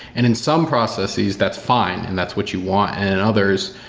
and in some processes that's fine and that's what you want. and others,